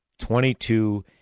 Twenty-two